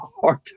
hard